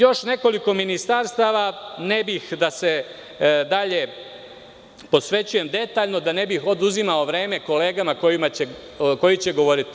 Još nekoliko ministarstava, ne bih da se dalje posvećujem detaljno, da ne bih oduzimao vreme kolegama koje će govoriti.